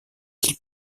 qu’il